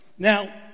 Now